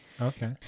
okay